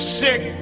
sick